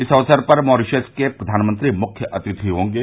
इस अवसर पर मॉरीशस के प्रधानमंत्री मुख्य अतिथि होंगे